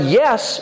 yes